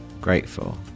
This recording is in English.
grateful